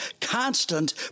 constant